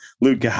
Luke